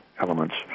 elements